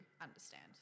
understand